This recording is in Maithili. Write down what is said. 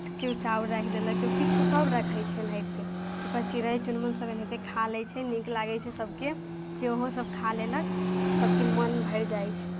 केओ चाउर राखि देलक केओ किछु सभ रखैत छै एनाहिते एकर चिड़ै चुनमुन सभ एनाहिते खा लैत छै नीक लागैत छै सभके जे ओहोसभ खा लेलक सभके मन भरि जाइत छै